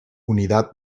unidad